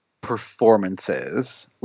performances